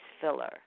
filler